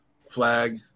flag